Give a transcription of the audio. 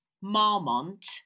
Marmont